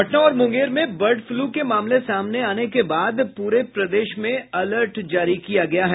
पटना और मुंगेर में bird flu के मामले सामने आने के बाद पूरे प्रदेश में अलर्ट जारी किया गया है